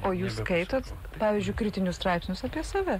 o jūs skaitot pavyzdžiui kritinius straipsnius apie save